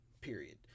period